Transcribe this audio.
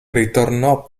ritornò